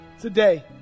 today